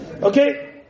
Okay